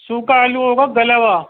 سوکھا آلو ہوگا گلا ہُوا